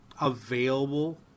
available